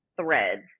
Threads